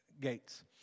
gates